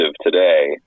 today